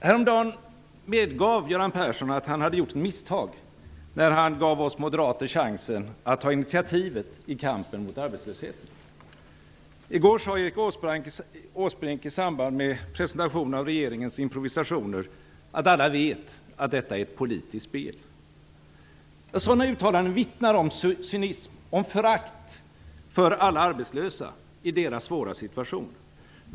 Häromdagen medgav Göran Persson att han hade gjort ett misstag när han gav oss moderater chansen att ta initiativet i kampen mot arbetslösheten. I går sade Erik Åsbrink i samband med presentationen av regeringens improvisationer att alla vet att detta är ett politiskt spel. Sådana uttalanden vittnar om cynism och om förakt för alla arbetslösa i deras svåra situation.